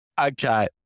okay